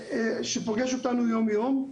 שפוגש אותנו יום יום.